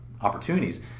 opportunities